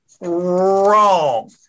wrong